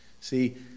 See